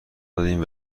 دادین